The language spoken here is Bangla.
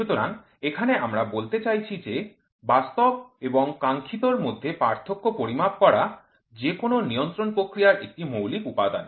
সুতরাং এখানে আমরা বলতে চাইছি যে বাস্তব এবং কাঙ্ক্ষিতর মধ্যে পার্থক্য পরিমাপ করা যেকোনো নিয়ন্ত্রণ প্রক্রিয়ার একটি মৌলিক উপাদান